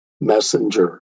messenger